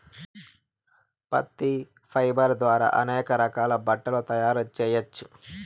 పత్తి ఫైబర్ ద్వారా అనేక రకాల బట్టలు తయారు చేయచ్చు